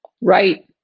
Right